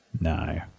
No